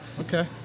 Okay